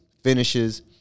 finishes